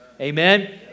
Amen